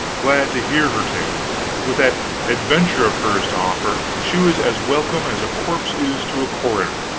glad to hear her tale with that adventure of hers to offer, she was as welcome as a corpse is to a coroner.